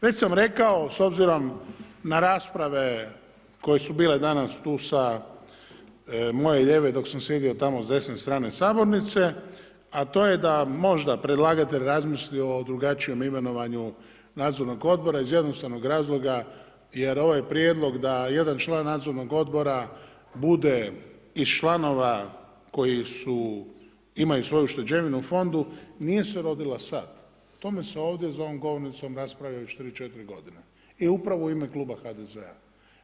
Već sam rekao s obzirom na rasprave koje su bile danas tu sa moje lijeve dok sam sjedio tamo s desne strane sabornice a to je možda predlagatelj razmisli o drugačije imenovanju nadzornog odbora iz jednostavnog razloga jer ovaj prijedlog da jedan član nadzornog odbora bude iz članova koji imaju svoju ušteđevinu u fondu, nije se rodila sad, tome se ovdje za ovom govornicom raspravlja već 3, 4 g. i upravo u ime kluba HDZ-a.